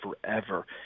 forever